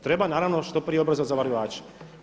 Treba naravno što prije obrazovat za zavarivače.